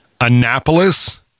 Annapolis